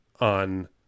on